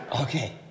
Okay